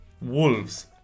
Wolves